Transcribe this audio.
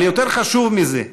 אבל יותר חשוב מזה,